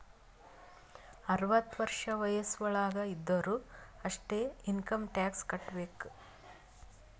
ಅರ್ವತ ವರ್ಷ ವಯಸ್ಸ್ ವಳಾಗ್ ಇದ್ದೊರು ಅಷ್ಟೇ ಇನ್ಕಮ್ ಟ್ಯಾಕ್ಸ್ ಕಟ್ಟಬೇಕ್